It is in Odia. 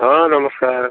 ହଁ ନମସ୍କାର